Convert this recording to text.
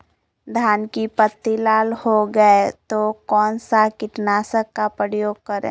धान की पत्ती लाल हो गए तो कौन सा कीटनाशक का प्रयोग करें?